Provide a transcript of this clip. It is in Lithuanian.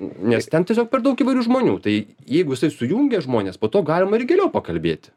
nes ten tiesiog per daug įvairių žmonių tai jeigu jisai sujungia žmones po to galima ir giliau pakalbėti